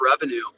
revenue